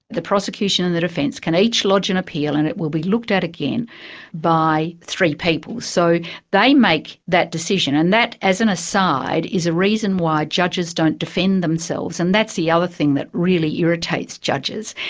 the prosecution and the defence can each lodge an appeal and it will be looked at again by three people. so they make that decision and that, as an aside, is a reason why judges don't defend themselves, and that's the other thing that really irritates irritates judges,